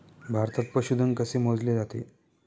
भारतात पशुधन कसे मोजले जाते?